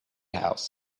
house